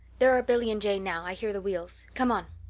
there are billy and jane now i hear the wheels. come on.